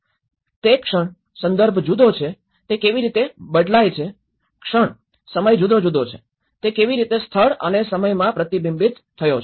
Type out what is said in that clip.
તે ક્ષણ સંદર્ભ જુદો છે તે કેવી રીતે બદલાય છે ક્ષણ સમય જુદો જુદો છે તે કેવી રીતે સ્થળ અને સમયમાં પ્રતિબિંબિત થયો છે